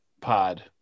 pod